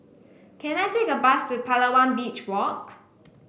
can I take a bus to Palawan Beach Walk